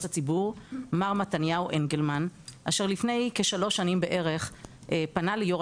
הציבור מר מתניהו אנגלמן אשר לפני כשלוש שנים בערך פנה ליו"ר